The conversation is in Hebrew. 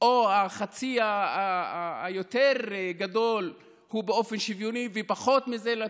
או החצי היותר-גדול הוא באופן שוויוני ופחות מזה לתת,